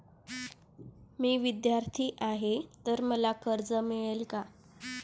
मी विद्यार्थी आहे तर मला कर्ज मिळेल का?